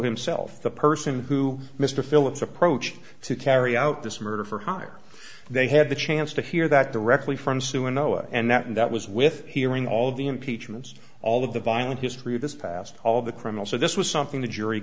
himself the person who mr phillips approach to carry out this murder for hire they had the chance to hear that directly from sue in iowa and that and that was with hearing all the impeachment all of the violent history of this past all the criminal so this was something the jury